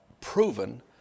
proven